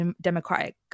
democratic